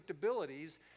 predictabilities